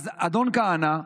אדון כהנא,